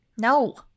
no